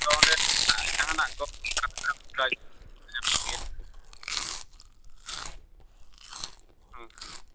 ᱚᱸᱰᱮ ᱠᱷᱚᱱᱟᱜ ᱡᱟᱦᱟᱱᱟᱜ ᱠᱟᱹᱢᱤ ᱠᱟᱡᱽ ᱠᱚ ᱧᱟᱢᱚᱜ ᱜᱮᱭᱟ ᱦᱚᱢ